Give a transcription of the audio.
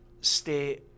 stay